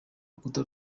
rukuta